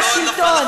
להשפיע על השלטון,